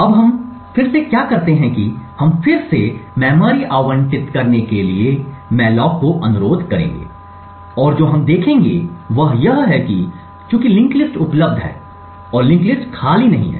अब हम फिर से क्या करते हैं कि हम फिर से मेमोरी आवंटित करने के लिए मेलाक को अनुरोध करेंगे और जो हम देखेंगे वह यह है कि चूंकि लिंक्ड लिस्ट उपलब्ध है और लिंक्ड लिस्ट खाली नहीं है